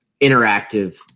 interactive